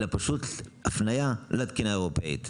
אלא פשוט הפניה לתקינה האירופית.